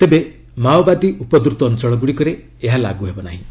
ତେବେ ମାଓବାଦୀ ଉପଦ୍ରତ ଅଞ୍ଚଳଗୁଡ଼ିକରେ ଏହା ଲାଗୁ ହେବ ନାହିଁ